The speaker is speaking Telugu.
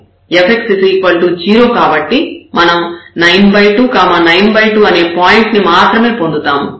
fx 0 కాబట్టి మనం 92 92 అనే పాయింట్ ను మాత్రమే పొందుతాము